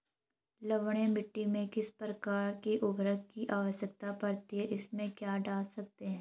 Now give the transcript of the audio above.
लवणीय मिट्टी में किस प्रकार के उर्वरक की आवश्यकता पड़ती है इसमें क्या डाल सकते हैं?